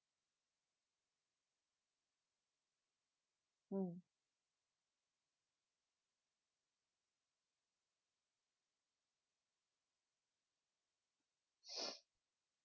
mm